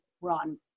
run